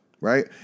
Right